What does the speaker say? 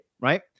right